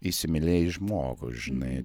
įsimylėjai žmogų žinai